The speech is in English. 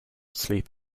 sleep